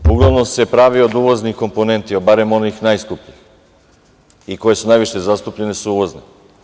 Uglavnom se pravi od uvoznih komponenti, a barem onih najskupljih i koje su najviše zastupljene su uvozne.